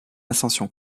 ascension